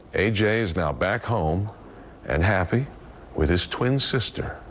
a j. is now back home and happy with his twin sister.